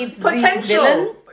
potential